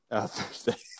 Thursday